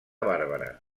bàrbara